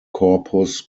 corpus